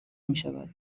میشود